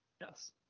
Yes